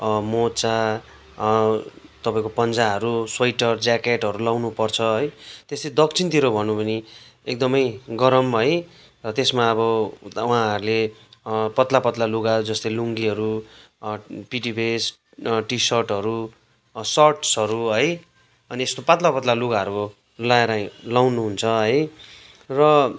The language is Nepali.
मोजा तपाईँको पन्जाहरू स्वेटर ज्याकेटहरू लाउनु पर्छ है त्यसरी दक्षिणतिर भनौँ भने एकदमै गरम है र त्यसमा अब उहाँहरूले पत्ला पत्ला लुगा जस्तै लुङ्गीहरू पिटी भेष्ट टी सर्टहरू सर्ट्सहरू है अनि यस्तो पत्ला पत्ला लुगाहरू लाएर लाउनु हुन्छ है र